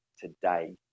today